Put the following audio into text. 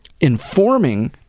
informing